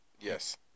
yes